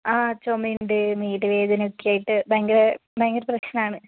ആ ചുമ ഉണ്ട് മേല് വേദന ഒക്കെയായിട്ട് ഭയങ്കര ഭയങ്കര പ്രശ്നമാണ്